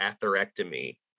atherectomy